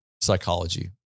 psychology